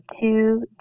two